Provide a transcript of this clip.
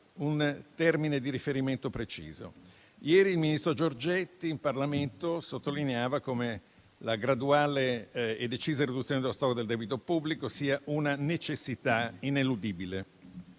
un termine di riferimento preciso. Ieri, il ministro Giorgetti in Parlamento sottolineava come la graduale e decisa riduzione del debito pubblico sia una necessità ineludibile